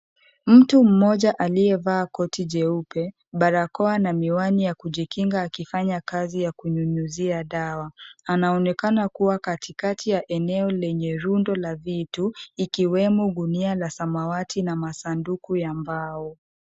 Mtu mmoja aliyevaa koti jeupe, barakoa na miwani ya kujikinga akifanya kazi ya kunyunyuzia dawa anaonekana kuwa katikati ya eneo lenye rundo la vitu ikiwemo gunia la samawati na masanduku ya mbao.